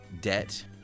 Debt